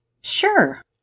Sure